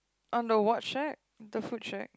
on the what shack the food shack